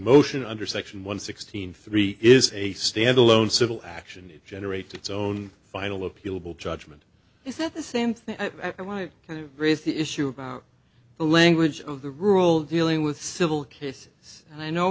motion under section one sixteen three is a standalone civil action it generates its own final appeal will judgment is that the same thing i want to kind of raise the issue about the language of the rule dealing with civil cases and i know